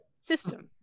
system